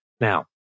Now